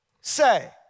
say